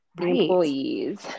employees